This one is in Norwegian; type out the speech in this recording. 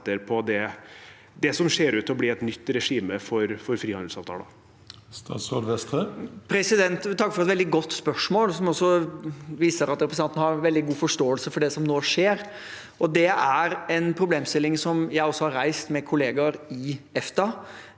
på det som ser ut til å bli et nytt regime for frihandelsavtalene? Statsråd Jan Christian Vestre Takk for et veldig godt spørsmål, som også viser at representanten har veldig god forståelse av det som nå skjer. Det er en problemstilling som jeg også har reist med kollegaer i EFTA,